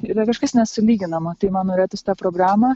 yra kažkas nesulyginama tai man norėtųs tą programą